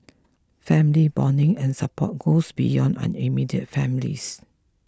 family bonding and support goes beyond our immediate families